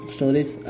Stories